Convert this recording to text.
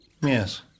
Yes